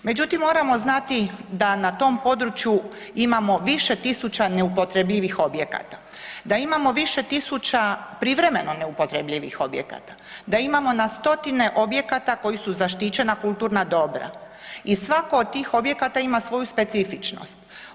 Međutim, moramo znati da na tom području imamo više tisuća neupotrebljivih objekata, da imamo više tisuća privremeno neupotrebljivih objekata, da imamo na stotine objekata koji su zaštićena kulturna dobra i svako od tih objekata ima svoju specifičnost.